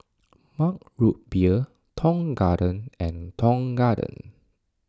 Mug Root Beer Tong Garden and Tong Garden